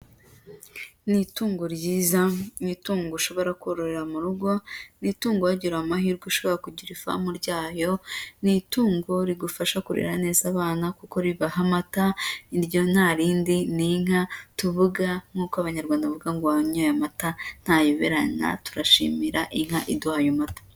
Ni itungo ryiza, ni itungo ushobora kororera mu rugo, ni itungo wagiriwe amahirwe ushobora kugira ifamu ryayo, ni itungo rigufasha kurera neza abana kuko ribaha amata, iryo nta rindi n'inka tuvuga, nkuko abanyarwanda bavuga ngo uwanyoye amata ntayoberana, turashimira inka iduha ayo mata.